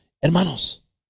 hermanos